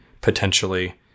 potentially